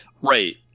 Right